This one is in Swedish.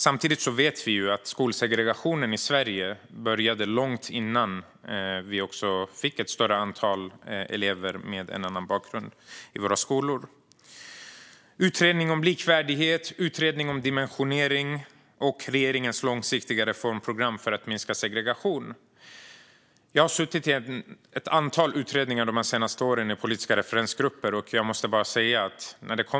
Samtidigt vet vi att skolsegregationen i Sverige började långt innan vi fick ett större antal elever med annan bakgrund i våra skolor. Ministern talar om en utredning om likvärdighet, en utredning om dimensionering och regeringens långsiktiga reformprogram för att minska segregation. Jag har suttit i ett antal politiska referensgrupper till utredningar de senaste åren.